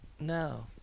No